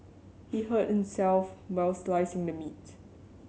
he hurt himself while slicing the meat